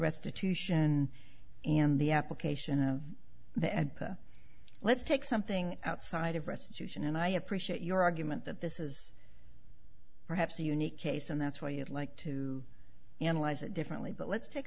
restitution and the application of the epa let's take something outside of restitution and i appreciate your argument that this is perhaps a unique case and that's why you'd like to analyze it differently but let's